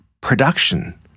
production